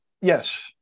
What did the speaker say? Yes